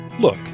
Look